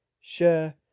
share